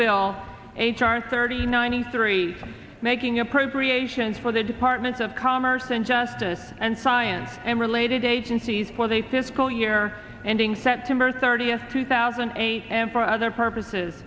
bill h r thirty ninety three of making appropriations for the department of commerce and justice and science and related agencies for the fiscal year ending september thirtieth two thousand and eight and for other purposes